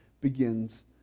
begins